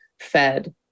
fed